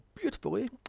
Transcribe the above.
beautifully